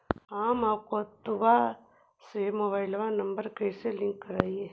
हमपन अकौउतवा से मोबाईल नंबर कैसे लिंक करैइय?